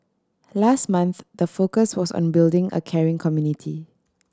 last month the focus was on building a caring community